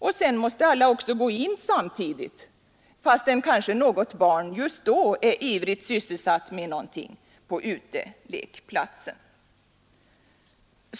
Och sedan måste alla också gå in samtidigt, fastän kanske något barn just då är ivrigt sysselsatt med någonting på utelekplatsen.